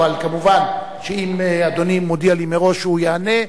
אבל כמובן אם אדוני מודיע לי מראש שהוא יענה,